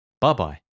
Bye-bye